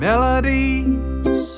Melodies